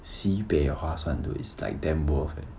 sibei 划算 though it's like damn worth eh